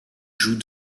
joue